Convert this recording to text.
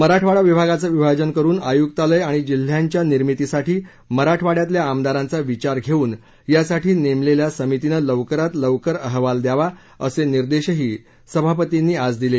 मराठवाडा विभागाचं विभाजन करून आयुक्तालय आणि जिल्ह्यांच्या निर्मितीसाठी मराठवाङ्यातल्या आमदारांचा विचार घेऊन यासाठी नेमलेल्या समितीनं लवकरात लवकर अहवाल द्यावा असे निर्देशही सभापतींनी आज दिले